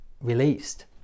released